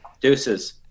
Deuces